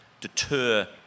deter